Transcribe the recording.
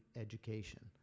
education